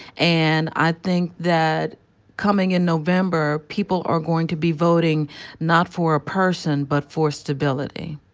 and i think that coming in november people are going to be voting not for a person but for stability.